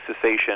cessation